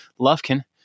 Lufkin